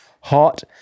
hot